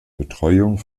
betreuung